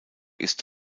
ist